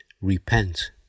Repent